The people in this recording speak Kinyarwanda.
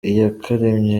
iyakaremye